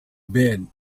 bed